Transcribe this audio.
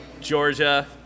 Georgia